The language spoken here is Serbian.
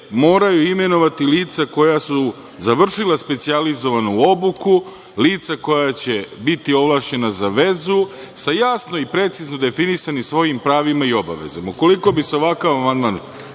moraju imenovati lica koja su završila specijalizovanu obuku, lica koja će biti ovlašćena za vezu, sa jasno i precizno definisanim svojim pravima i obavezama. Ukoliko